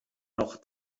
noch